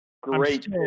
Great